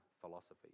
philosophy